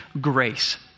grace